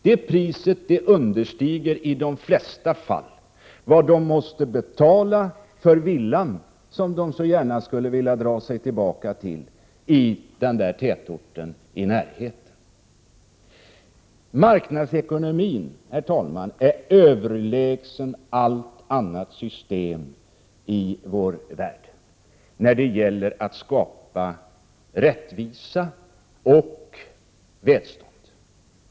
Det priset understiger i de flesta fall vad de måste betala för villan som de så gärna skulle vilja dra sig tillbaka till i tätorten i närheten. Marknadsekonomin, herr talman, är överlägsen varje annat system i vår värld när det gäller att skapa rättvisa och välstånd.